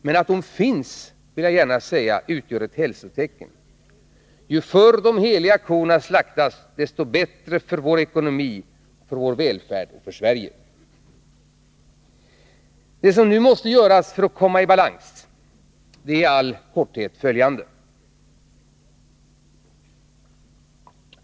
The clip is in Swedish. Men att den finns — vill jag gärna säga — utgör ett hälsotecken. Ju förr de heliga korna slaktas, desto bättre för vår ekonomi, för vår välfärd och för Sverige. Det som nu måste göras för att vårt land skall komma i balans är i all korthet följande.